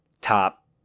top